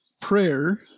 prayer